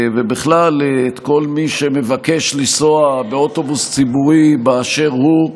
ובכלל את כל מי שמבקש לנסוע באוטובוס ציבורי באשר הוא,